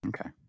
Okay